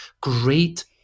great